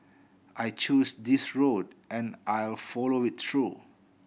I chose this road and I'll follow it through